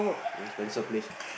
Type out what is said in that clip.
Spencer please